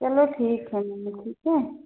चलो ठीक है ठीक है